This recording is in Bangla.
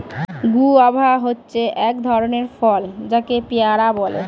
গুয়াভা হচ্ছে এক ধরণের ফল যাকে পেয়ারা বলে